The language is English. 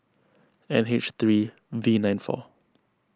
N H three V nine four